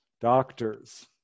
doctors